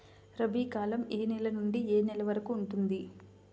రబీ కాలం ఏ నెల నుండి ఏ నెల వరకు ఉంటుంది?